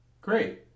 Great